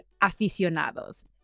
aficionados